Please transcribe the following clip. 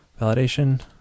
validation